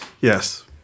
Yes